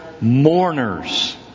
mourners